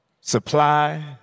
Supply